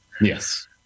yes